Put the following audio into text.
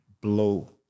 blow